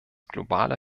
globale